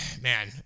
man